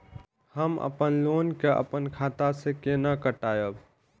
हम अपन लोन के अपन खाता से केना कटायब?